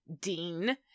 Dean